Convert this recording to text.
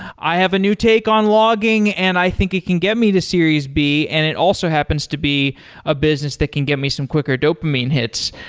i have a new take on logging, and i think it can get me this series b, and it also happens to be a business that can give me some quicker dopamine hits.